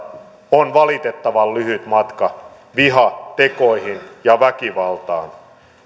on valitettavan lyhyt matka vihatekoihin ja väkivaltaan